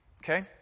Okay